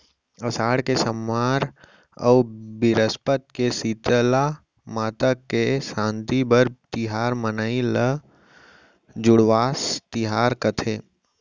असाड़ के सम्मार अउ बिरस्पत के सीतला माता के सांति बर तिहार मनाई ल जुड़वास तिहार कथें